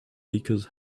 bakers